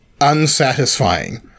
unsatisfying